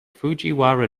fujiwara